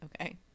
Okay